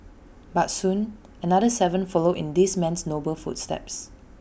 but soon another Seven followed in this man's noble footsteps